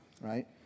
right